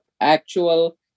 actual